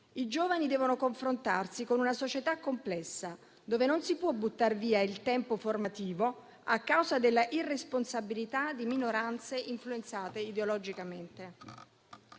I giovani devono confrontarsi con una società complessa, dove non si può buttar via il tempo formativo a causa della irresponsabilità di minoranze influenzate ideologicamente.